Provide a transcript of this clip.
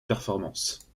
performance